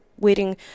waiting